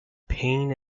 pain